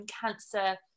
cancer